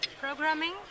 programming